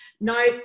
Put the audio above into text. no